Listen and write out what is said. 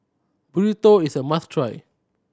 burrito is a must try